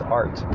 art